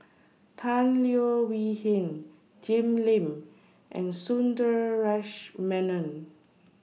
Tan Leo Wee Hin Jim Lim and Sundaresh Menon